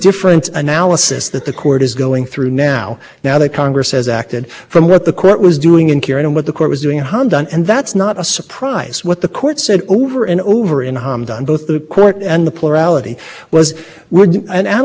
three that's quite contrary to the one petitioner advancing here today it's one much more of deference it's one much more of flexibility and it's much one much more of allowing the united states to lead in these areas and i think that those cases i think